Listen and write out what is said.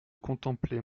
contempler